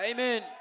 Amen